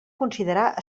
considerar